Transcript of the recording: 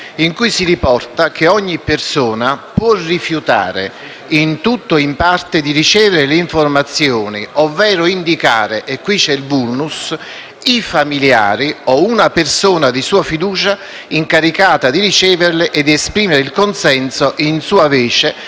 3 si riporta che ogni persona può rifiutare in tutto o in parte di ricevere le informazioni ovvero indicare - e qui c'è il *vulnus* - i familiari o una persona di sua fiducia incaricata di riceverle e di esprimere il consenso in sua vece,